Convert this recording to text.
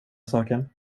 saken